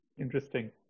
Interesting